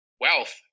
wealth